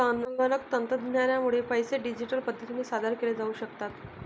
संगणक तंत्रज्ञानामुळे पैसे डिजिटल पद्धतीने सादर केले जाऊ शकतात